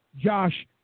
Josh